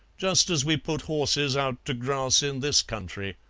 just as we put horses out to grass in this country.